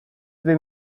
behin